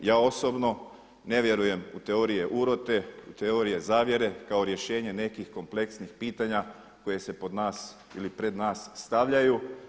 Ja osobno ne vjerujem u teorije urote, u teorije zavjere kao rješenje nekih kompleksnih pitanja koje se pod nas ili pred nas stavljaju.